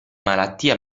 malattia